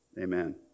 amen